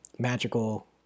Magical